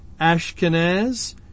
Ashkenaz